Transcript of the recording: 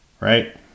right